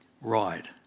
Right